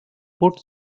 put